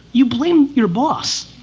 you blame your boss.